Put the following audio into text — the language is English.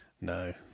No